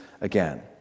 again